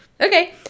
Okay